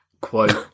Quote